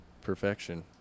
perfection